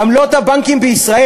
עמלות הבנקים בישראל,